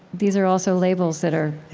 these are also labels that are,